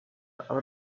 aber